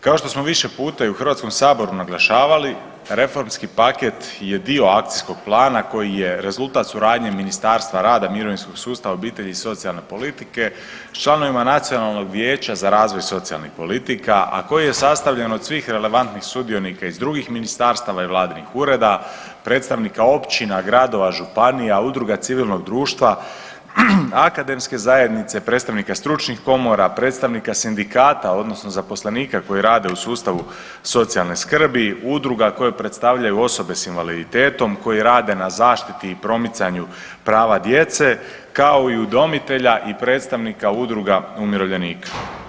Kao što smo više puta i u Hrvatskom saboru naglašavali reformski paket je dio akcijskog plana koji je rezultat suradnje Ministarstva rada, mirovinskog sustava, obitelji i socijalne politike s članovima Nacionalnog vijeća za razvoj socijalnih politika, a koji je sastavljen od svih relevantnih sudionika iz drugih ministarstava i vladinih ureda, predstavnika općina, gradova, županija, udruga civilnog društva, akademske zajednice, predstavnika stručnih komora, predstavnika sindikata odnosno zaposlenika koji rade u sustavu socijalne skrbi, udruga koje predstavljaju osobe s invaliditetom koji rade na zaštiti i promicanju prava djece kao i udomitelja i predstavnika udruga umirovljenika.